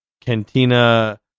Cantina